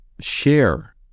share